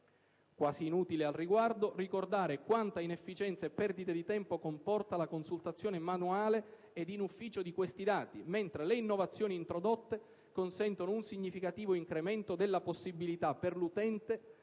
quasi inutile al riguardo ricordare quanta inefficienza e perdita di tempo comporta la consultazione manuale ed in ufficio di questi dati, mentre le innovazioni introdotte consentono un significativo incremento della possibilità per l'utente di conoscere